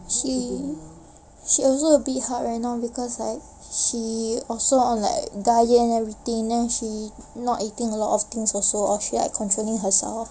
she she also a bit hard right now because like she also on like diet and everything then she not eating a lot of things also or she like controlling herself